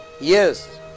Yes